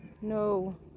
No